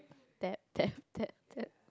that that that that